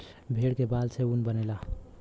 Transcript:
भेड़ के बाल से ऊन बनेला